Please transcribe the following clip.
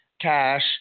cash